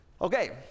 Okay